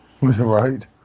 right